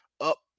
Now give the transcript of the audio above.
up